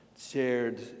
shared